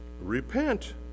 repent